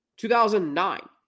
2009